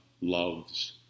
loves